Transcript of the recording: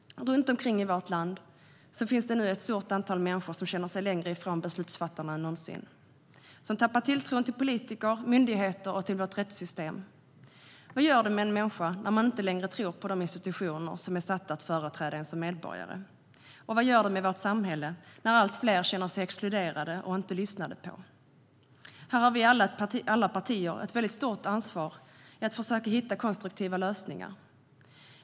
Runt omkring i vårt land finns ett stort antal människor som känner sig längre ifrån beslutsfattarna än någonsin. De tappar tilltron till politiker, myndigheter och vårt rättssystem. Vad gör det med en människa när man inte längre tror på de institutioner som är satta att företräda oss medborgare? Vad gör det med vårt samhälle när allt fler känner sig exkluderade och inte lyssnade på? Här har alla partier ett stort ansvar i att försöka hitta konstruktiva lösningar.